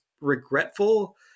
regretful